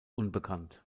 unbekannt